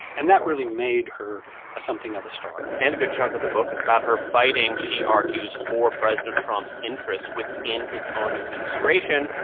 and that really made her something of a star and a good chunk of the book is about her fighting, she argues, for president trump's interests within his own administration.